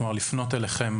כלומר, לפנות אליכם?